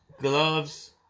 gloves